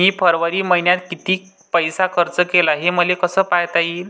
मी फरवरी मईन्यात कितीक पैसा खर्च केला, हे मले कसे पायता येईल?